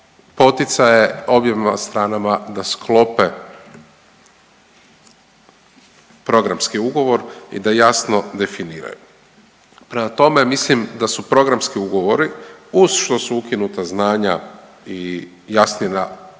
poticaje objema stranama da sklope programski ugovor i da jasno definiraju. Prema tome, mislim da su programski ugovori uz što su ukinuta znanja i jasnije